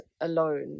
alone